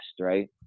right